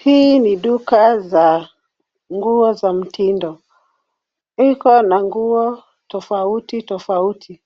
Hii ni duka za nguo za mtindo. Iko na nguo tofauti tofauti.